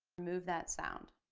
move that sound.